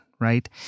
right